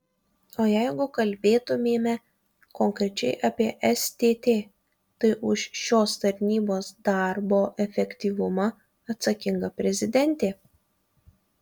o jeigu kalbėtumėme konkrečiai apie stt tai už šios tarnybos darbo efektyvumą atsakinga prezidentė